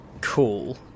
cool